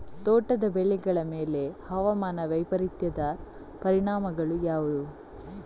ತೋಟದ ಬೆಳೆಗಳ ಮೇಲೆ ಹವಾಮಾನ ವೈಪರೀತ್ಯದ ಪರಿಣಾಮಗಳು ಯಾವುವು?